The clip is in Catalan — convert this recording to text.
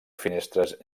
finestres